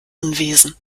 unwesen